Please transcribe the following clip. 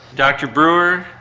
dr brewer,